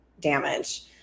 damage